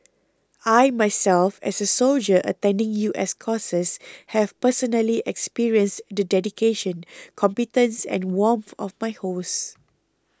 I myself as a soldier attending U S courses have personally experienced the dedication competence and warmth of my hosts